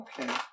okay